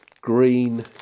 green